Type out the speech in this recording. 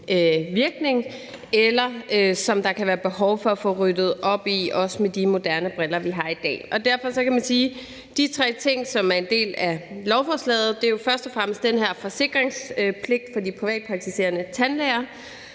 virkning, eller som der kan være behov for at få ryddet op i – også set med de moderne briller, vi har i dag. Af de tre ting, som lovforslaget består af, er der jo først og fremmest den her forsikringspligt for de privatpraktiserende tandlæger,